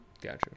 Gotcha